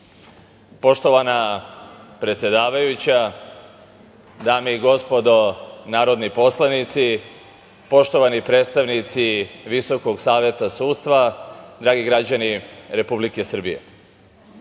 Poštovana predsedavajuća, dame i gospodo narodni poslanici, poštovani predstavnici VSS, dragi građani Republike Srbije,